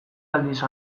aldiz